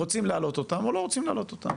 האם רוצים להעלות אותה או לא רוצים להעלות אותה.